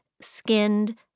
skinned